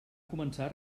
començar